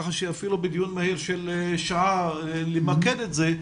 כך שיופיעו בדיון מהיר של שעה כדי למקד את זה,